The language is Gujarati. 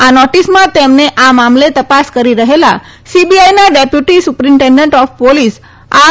આ નોટિસમાં તેમને આ મામલે તપાસ કરી રહેલા સીબીઆઈના deputy superintendent of police R